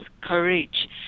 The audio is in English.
courage